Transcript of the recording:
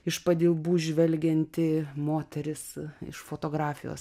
iš padilbų žvelgianti moteris iš fotografijos